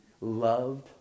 loved